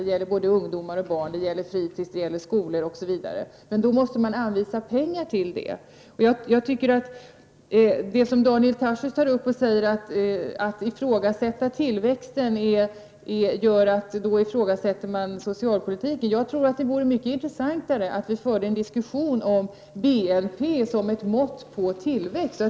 Det gäller både ungdomar och barn. Det gäller fritids, det gäller skolor, osv. Men då måste man anvisa pengar till det. Daniel Tarschys säger att om man ifrågasätter tillväxten innebär det att man ifrågasätter socialpolitiken. Det vore mycket intressantare om vi förde en diskussion om BNP som ett mått på tillväxt.